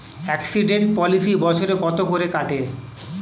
Accident policy বছরে কত করে কাটে?